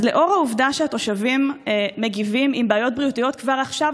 אז לנוכח העובדה שהתושבים מגיבים בבעיות בריאותיות כבר עכשיו,